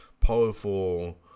powerful